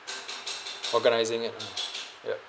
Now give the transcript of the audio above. organising it ah ya